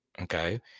Okay